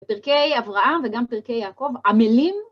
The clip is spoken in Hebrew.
פרקי אברהם וגם פרקי יעקב, המילים